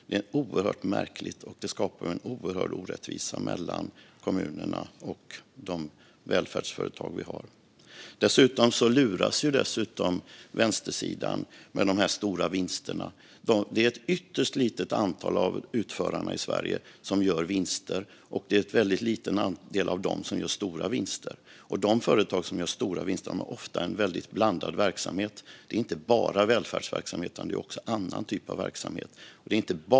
Det är oerhört märkligt, och det skapar en oerhörd orättvisa mellan kommunerna och de välfärdsföretag vi har. Dessutom luras vänstersidan om de här stora vinsterna. Det är ett ytterst litet antal av utförarna i Sverige som gör vinster, och av dem är det en väldigt liten andel som gör stora vinster. De företag som gör stora vinster har ofta en väldigt blandad verksamhet. Det är inte bara välfärdsverksamhet, utan det är också andra typer av verksamhet.